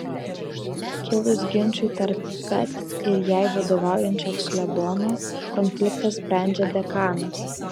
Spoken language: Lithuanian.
kilus ginčui tarp pet ir jai vadovaujančio klebono konfliktą sprendžia dekanas